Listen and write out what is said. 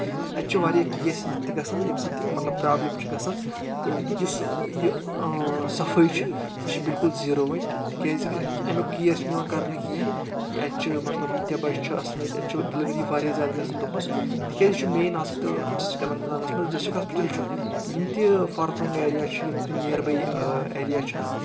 اَتہِ چھُ واریاہ کیس یِتھۍ تہِ گژھان ییٚمہِ سۭتۍ مطلب پرابلِم چھُ گژھان تہٕ یُس یہِ صفٲی چھِ سۄ چھِ بالکُل زیٖرو وتہِ تِکیازِ امیُک کیر چھُنہٕ یِوان کرنہٕ کینٛہہ کہِ اَتہِ چھُ مطلب ییٖتیٛاہ بَچہِ چھُ آسان اَتہِ اَتہِ چھُ ڈِلؤری واریاہ زیادٕ گژھان دۄہَس تِکیازِ یہِ چھُ مین ہاسپِٹل ڈِسٹرک اننت ناگس منٛز ڈِسٹرک ہاسپِٹل چھُ تہٕ یِم تہِ فارفلنٛگ ایریا چھِ یِم تِم نیر باے ایریا چھِ اَتھ